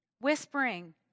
Whispering